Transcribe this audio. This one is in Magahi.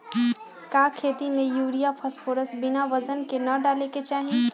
का खेती में यूरिया फास्फोरस बिना वजन के न डाले के चाहि?